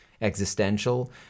existential